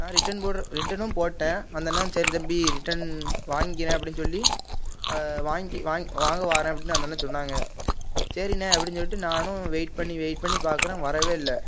நான் ரிட்டர்ன் போடுற ரிட்டர்னும் போட்டேன் அந்த அண்ணனும் சரி தம்பி ரிட்டர்ன் வாங்கிக்கிறேன் அப்படின்னு சொல்லி வாங்கி வாங்க வாங்க வர்றேன் அப்புடின்னு அந்த அண்ணன் சொன்னாங்க சரிண்ணா அப்படின்னு சொல்லிட்டு நானும் வெயிட் பண்ணி வெயிட் பண்ணிப் பார்க்குறேன் வரவே இல்லை